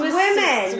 women